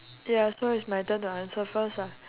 ya so it's my turn to answer first ah